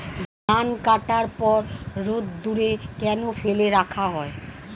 ধান কাটার পর রোদ্দুরে কেন ফেলে রাখা হয়?